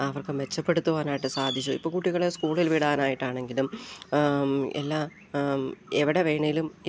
അവർക്ക് മെച്ചപ്പെടുത്തുവാനായിട്ട് സാധിച്ചു ഇപ്പോള് കുട്ടികളെ സ്കൂളിൽ വിടാനായിട്ടാണെങ്കിലും എല്ലാം എവിടെ വേണമെങ്കിലും ഇപ്പോൾ